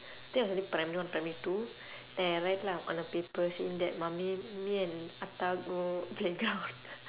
think I was only primary one primary two then I write lah on a paper saying that mummy me and ஆத்தா:aaththaa go playground